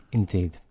indeed.